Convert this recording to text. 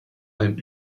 ein